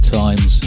times